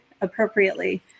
appropriately